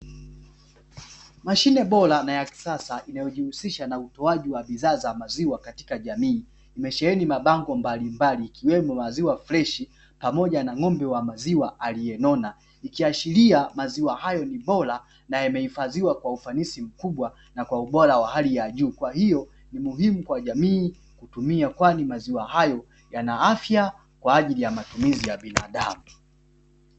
Mashine bora na ya kisasa inayojihusisha na utoaji wa maziwa katika jamii. Imesheheni mabango mbalimbali ikiwemo "Maziwa freshi" pamoja na ng'ombe wa maziwa aliyenona ikiashiria maziwa hayo ni bora na yamehifadhiwa kwa ufanisi mkubwa na kwa ubora wa hali ya juu. Kwa hiyo ni muhimu kwa jamii kutumia kwani maziwa hayo yana afya kwa ajili ya matumizi ya binadamu.